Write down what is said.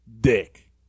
dick